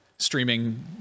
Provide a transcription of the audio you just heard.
streaming